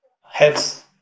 helps